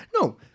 No